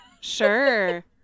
sure